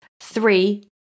Three